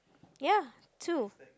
ya two